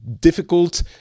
difficult